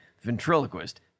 ventriloquist